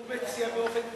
הוא מציע באופן טבעי.